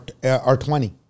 r20